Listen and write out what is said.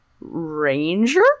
Ranger